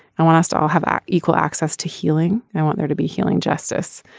i want us to all have equal access to healing. i want there to be healing justice.